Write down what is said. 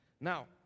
Now